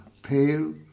pale